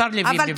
השר לוין, בבקשה.